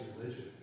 religion